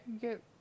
get